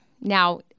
Now